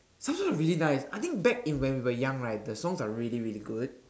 !huh! really nice I think back in when we were young right the songs are really really good